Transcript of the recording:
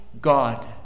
God